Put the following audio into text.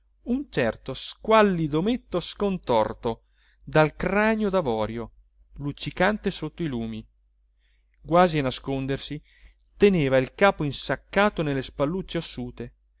un certo squallido ometto scontorto dal cranio davorio luccicante sotto i lumi quasi a nascondersi teneva il capo insaccato nelle spallucce ossute